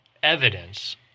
evidence